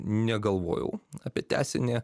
negalvojau apie tęsinį